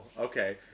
okay